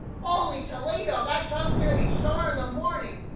holy toledo, that tongue's gonna be sore in the morning.